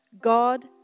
God